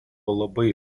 labai